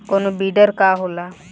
कोनो बिडर का होला?